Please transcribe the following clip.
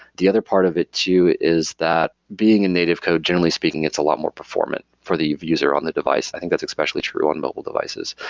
the other part of it too is that being a native code, generally speaking it's a lot more performant for the user on the device. i think that's especially true on mobile devices.